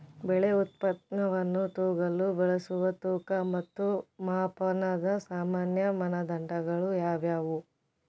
ಬೆಳೆ ಉತ್ಪನ್ನವನ್ನು ತೂಗಲು ಬಳಸುವ ತೂಕ ಮತ್ತು ಮಾಪನದ ಸಾಮಾನ್ಯ ಮಾನದಂಡಗಳು ಯಾವುವು?